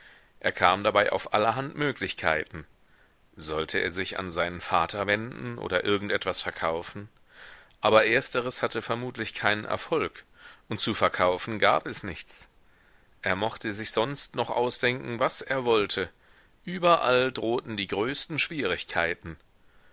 er kam dabei auf allerhand möglichkeiten sollte er sich an seinen vater wenden oder irgend etwas verkaufen aber ersteres hatte vermutlich keinen erfolg und zu verkaufen gab es nichts er mochte sich sonst noch ausdenken was er wollte überall drohten die größten schwierigkeiten